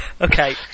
Okay